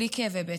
בלי כאבי בטן.